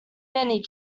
many